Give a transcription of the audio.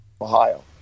Ohio